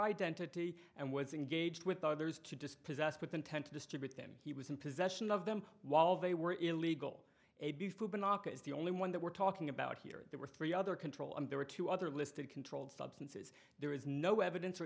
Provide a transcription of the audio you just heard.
identity and was engaged with others to just possessed with intent to distribute them he was in possession of them while they were illegal a before binoculars the only one that we're talking about here there were three other control and there were two other listed controlled substances there is no evidence or